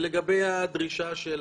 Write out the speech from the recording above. הבנקאית,